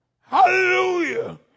Hallelujah